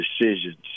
decisions